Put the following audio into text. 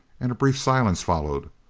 and a brief silence followed,